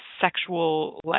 sexual